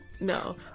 No